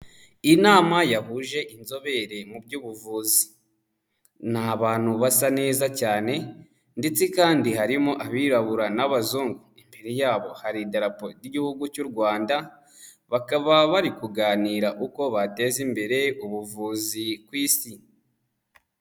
Inama yahuje inzobere mu by'ubuvuzi. Ni abantu basa neza cyane, ndetse kandi harimo abirabura n'abazungu. Imbere yabo hari Idarapo ry'Igihugu cy'u Rwanda, bakaba bari kuganira uko bateza imbere ubuvuzi ku Isi.